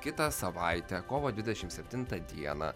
kitą savaitę kovo dvidešim septintą dieną